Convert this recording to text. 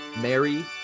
Mary